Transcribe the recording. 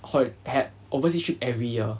had hol~ had overseas trip every year